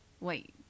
Wait